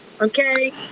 Okay